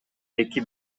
эки